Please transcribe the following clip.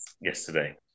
yesterday